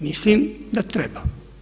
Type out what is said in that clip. Mislim da treba.